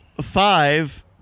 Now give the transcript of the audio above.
five